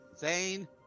Zane